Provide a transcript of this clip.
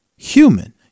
human